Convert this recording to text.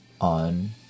on